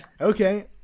Okay